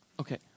Okay